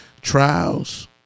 Trials